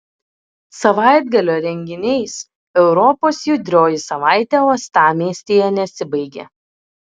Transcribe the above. savaitgalio renginiais europos judrioji savaitė uostamiestyje nesibaigė